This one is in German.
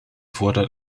fordert